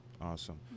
Awesome